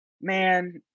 Man